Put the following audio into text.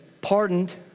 pardoned